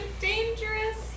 dangerous